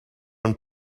een